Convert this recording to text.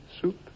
soup